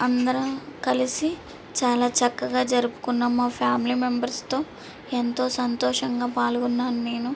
అందరం కలిసి చాలా చక్కగా జరుపుకున్నాం మా ఫ్యామిలీ మెంబర్స్తో ఎంతో సంతోషంగా పాల్గొన్నా నేను